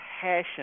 Passion